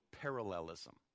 parallelism